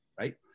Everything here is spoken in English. right